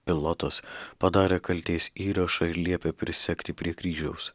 pilotas padarė kaltės įrašą ir liepė prisegti prie kryžiaus